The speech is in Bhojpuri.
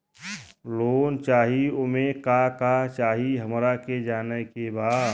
लोन चाही उमे का का चाही हमरा के जाने के बा?